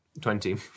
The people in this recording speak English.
Twenty